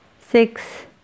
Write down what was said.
Six